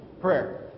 Prayer